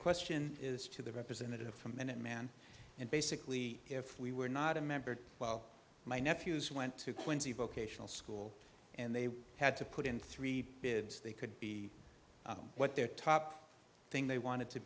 question is to the representative from minuteman and basically if we were not a member well my nephews went to quincy vocational school and they had to put in three bids they could be what their top thing they want